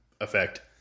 effect